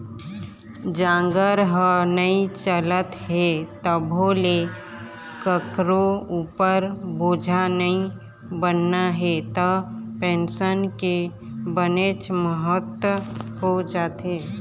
जांगर ह नइ चलत हे तभो ले कखरो उपर बोझा नइ बनना हे त पेंसन के बनेच महत्ता हो जाथे